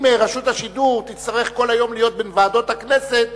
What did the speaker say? אם רשות השידור תצטרך כל היום להיות בין ועדות הכנסת,